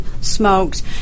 smoked